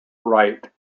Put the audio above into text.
rite